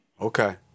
Okay